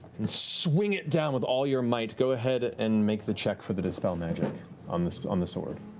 and swing it down with all your might. go ahead and make the check for the dispel magic on the on the sword.